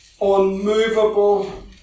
unmovable